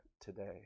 today